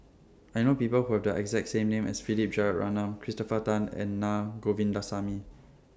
I know People Who Have The exact name as Philip Jeyaretnam Christopher Tan and Naa Govindasamy